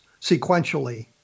sequentially